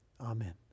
Amen